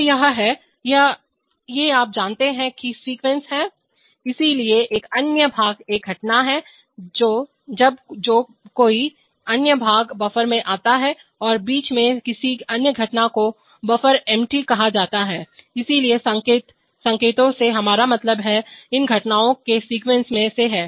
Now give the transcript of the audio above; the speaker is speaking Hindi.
तो यह है ये आप जानते हैं कि सीक्वेंस हैं इसलिए एक अन्य भाग एक घटना है जब भी कोई अन्य भाग बफर में आता है और बीच में किसी अन्य घटना को बफर एमटीबफर खाली कहा जाता है इसलिए संकेत संकेतों से हमारा मतलब इन घटनाओं के सीक्वेंस से है